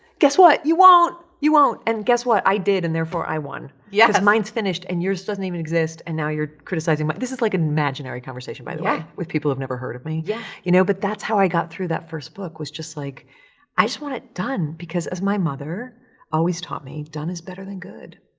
guess what? you won't. you won't. and guess what? i did and, therefore, i won. yes. because mine's finished and yours doesn't even exist and now you're criticizing my, this is like an imaginary conversation, by the way, with people who have never heard of me. yeah. you know, but that's how i got through that first book was just like i just want it done because as my mother always taught me, done is better than good.